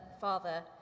father